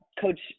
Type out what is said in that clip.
Coach